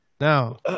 Now